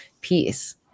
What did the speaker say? peace